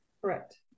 Correct